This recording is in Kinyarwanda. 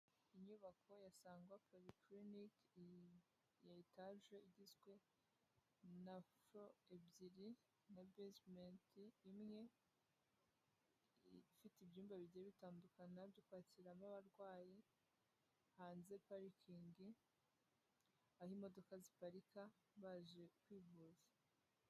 Inyubako ya Sangwa Polyclinic iyi ya etage igizwe na floor ebyiri na basement imwe ifite ibyumba bigiye bitandukana byo kwakiramo abarwayi hanze parking aho imodoka ziparika baje kwivuza.